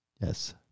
Yes